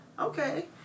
Okay